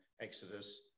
Exodus